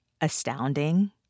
astounding